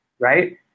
Right